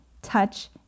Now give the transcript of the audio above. touch